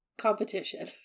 Competition